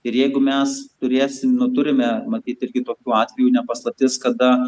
ir jeigu mes turėsim nu tarime matyt irgi tokių atvejų ne paslaptis kada